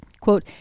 Quote